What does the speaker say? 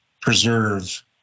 preserve